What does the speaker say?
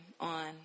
on